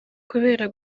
kubera